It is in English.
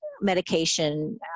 medication